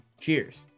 Cheers